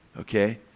okay